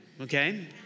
okay